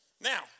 Now